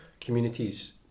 communities